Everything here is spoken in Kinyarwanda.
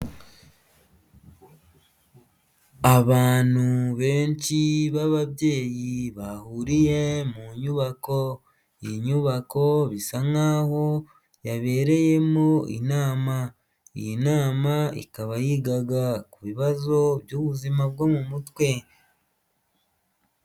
Abantu benshi b'ababyeyi bahuriye mu nyubako iyi nyubako bisa nkaho yabereyemo inama, iyi nama ikaba yigaga ku bibazo by'ubuzima bwo mu mutwe.